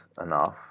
enough